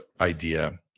idea